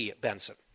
Benson